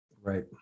Right